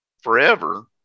forever